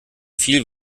viel